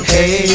Hey